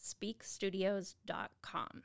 speakstudios.com